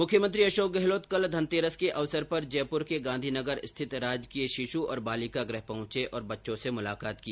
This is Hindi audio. मुख्यमंत्री अशोक गहलोत कल धनतेरस के अवसर पर जयपुर के गांधीनगर स्थित राजकीय शिश्रु और बालिका गृह पहुंचे और बच्चों से मुलाकात की